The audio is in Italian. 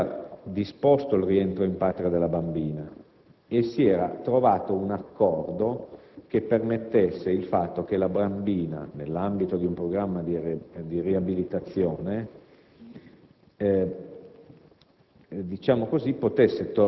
il tribunale stesso aveva disposto il rientro in patria della bambina e si era trovato un accordo in base al quale, nell'ambito di un programma di riabilitazione,